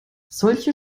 solche